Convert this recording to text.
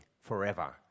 forever